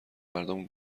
مردم